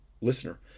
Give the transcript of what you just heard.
listener